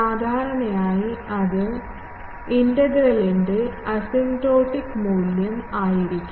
സാധാരണയായി അത് ഇന്റഗ്രലിൻറെ അസിംപ്റ്റോട്ടിക് മൂല്യം ആയിരിക്കും